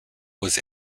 was